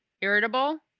irritable